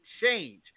change